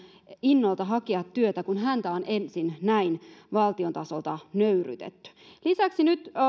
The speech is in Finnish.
innolta hakea työtä kun häntä on ensin näin valtion tasolta nöyryytetty lisäksi nyt